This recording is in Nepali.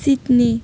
सिडनी